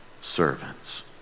servants